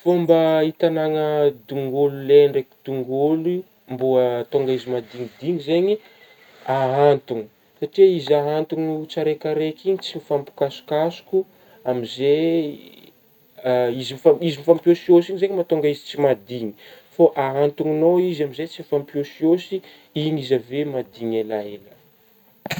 Fômba hitagnagna dongolo lay ndraiky dongolo mba ahatonga azy mahadignidigny zegny ahantogna satria izy ahantogno tsiraikaraika igny tsy mifampikasokasoko amin'zey izy-izy mifampihôsihôsy tsy mahadigny fô ahantognao izy amin'izey tsy mifampihôsihôsy igny izy avy eo madigny elaela.